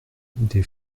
des